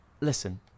Listen